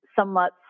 somewhat